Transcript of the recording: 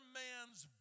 man's